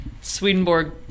Swedenborg